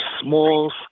small